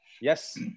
Yes